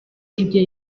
ibyo